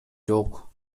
жок